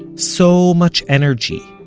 so much energy,